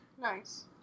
nice